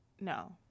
No